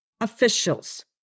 officials